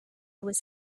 was